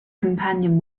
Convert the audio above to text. companion